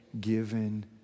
given